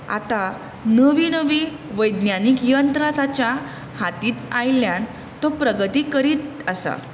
आतां नवीं नवीं वैज्ञानीक यंत्रां जाच्या हातींत आय़िल्लयान तो प्रगती करीत आसा